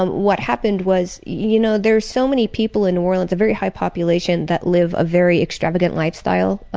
what happened was you know, there were so many people in new orleans, a very high population that live a very extravagant lifestyle,